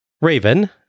Raven